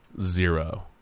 Zero